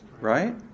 right